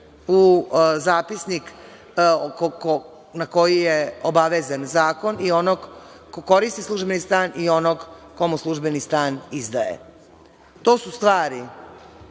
u zapisnik na koji je obavezan zakon i onog ko koristi službeni stan i onog ko mu službeni stan izdaje? To su stvari